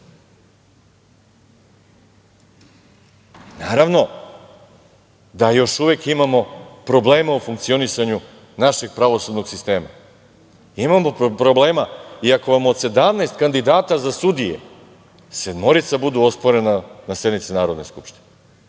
sednice. Naravno da još uvek imamo problema u funkcionisanju našeg pravosudnog sistema. Imamo problema i ako vam od 17 kandidata za sudije sedmorica budu osporena na sednici Narodne skupštine